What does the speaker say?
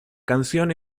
canción